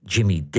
Jimmy